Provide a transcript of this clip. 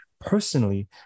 personally